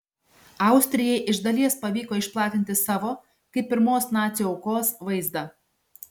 austrijai iš dalies pavyko išplatinti savo kaip pirmos nacių aukos vaizdą